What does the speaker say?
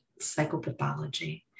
psychopathology